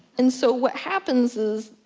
and so what happens is,